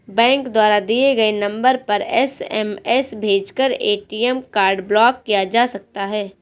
bank द्वारा दिए गए नंबर पर एस.एम.एस भेजकर ए.टी.एम कार्ड ब्लॉक किया जा सकता है